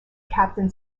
captain